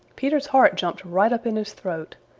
peter's heart jumped right up in his throat.